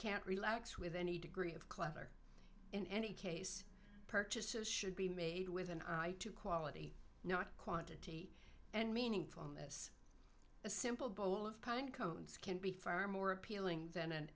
can't relax with any degree of clutter in any case purchases should be made with an eye to quality not quantity and meaning for a simple bowl of punk cones can be far more appealing than an